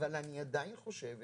אבל אני עדיין חושבת